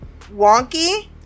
wonky